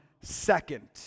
second